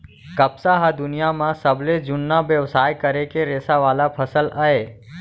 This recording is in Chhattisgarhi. कपसा ह दुनियां म सबले जुन्ना बेवसाय करे के रेसा वाला फसल अय